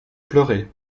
pleuré